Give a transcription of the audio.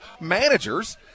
managers